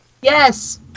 Yes